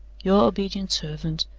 your obedient servant,